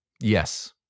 yes